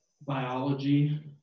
biology